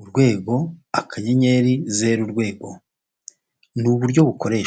urwego, akayenyeri, zeru, urwego. Ni uburyo bukoreshwa.